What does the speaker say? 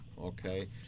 Okay